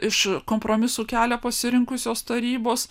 iš kompromisų kelią pasirinkusios tarybos